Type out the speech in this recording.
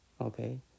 Okay